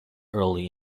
early